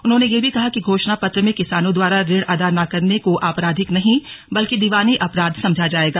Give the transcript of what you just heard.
उन्होंने यह भी कहा कि घोषणा पत्र में किसानों द्वारा ऋण अदा न करने को आपराधिक नहीं बल्कि दिवानी अपराध समझा जाएगा